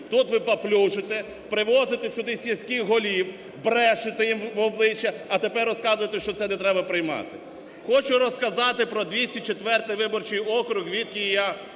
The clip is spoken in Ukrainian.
Тут ви паплюжите, привозите сюди сільських голів, брешете їм в обличчя, а тепер розказуєте, що це не треба приймати. Хочу розказати про 204 виборчий округ, звідки я